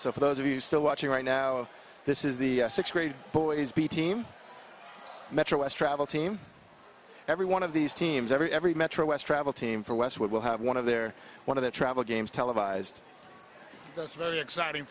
so for those of you still watching right now this is the sixth grade boys b team metro west travel team every one of these teams every every metro west travel team for westwood will have one of their one of the travel games televised that's very exciting